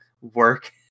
work